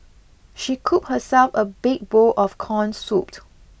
she coop herself a big bowl of corn soup